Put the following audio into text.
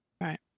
Right